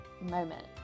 moment